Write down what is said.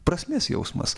prasmės jausmas